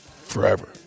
forever